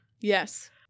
Yes